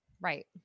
Right